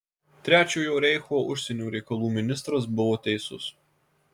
trečiojo reicho užsienio reikalų ministras buvo teisus